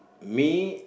me